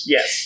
Yes